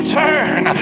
turn